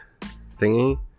thingy